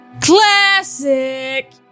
Classic